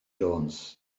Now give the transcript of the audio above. jones